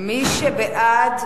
מי שבעד,